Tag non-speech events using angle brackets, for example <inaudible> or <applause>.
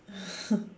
<breath>